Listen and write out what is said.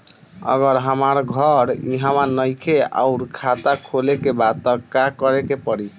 अगर हमार घर इहवा नईखे आउर खाता खोले के बा त का करे के पड़ी?